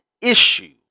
issue